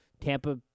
Tampa